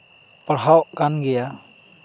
ᱯᱟᱲᱦᱟᱣᱚᱜ ᱠᱟᱱ ᱜᱮᱭᱟ